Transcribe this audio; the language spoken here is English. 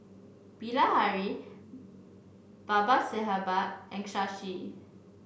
Bilahari Babasaheb and Shashi